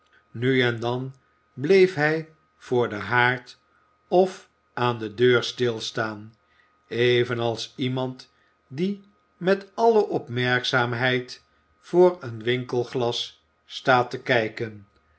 nu en dan bleef hij voor den haard of aan de deur stilstaan evenals iemand die met alle opmerkzaamheid voor een winkelglas staat te kijken